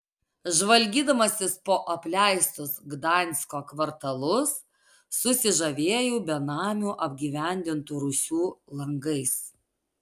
žvalgydamasis po apleistus gdansko kvartalus susižavėjau benamių apgyvendintų rūsių langais